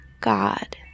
god